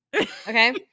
okay